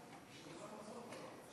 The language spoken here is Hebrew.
(דירות)